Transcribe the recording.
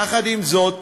יחד עם זאת,